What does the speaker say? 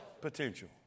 potential